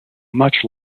much